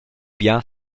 bia